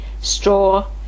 straw